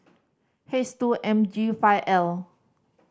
his two M G five L